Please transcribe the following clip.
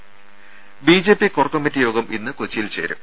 രും BJP core committee യോഗം ഇന്ന് കൊച്ചിയിൽ ചേരും